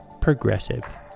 progressive